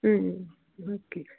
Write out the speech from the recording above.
okay